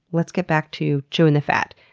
let's get back to chewing the fat.